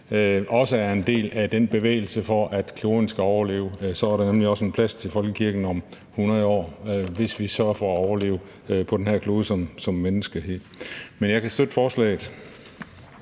også er en del af den bevægelse for, at kloden skal overleve. Så er der nemlig også en plads til folkekirken om 100 år, hvis vi sørger for, at vi som menneskehed kan overleve på den her klode. Men jeg kan støtte forslaget.